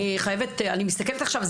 אני מסתכלת עכשיו,